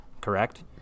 correct